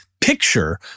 picture